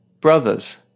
Brothers